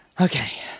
Okay